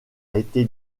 été